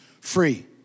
free